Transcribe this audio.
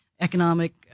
economic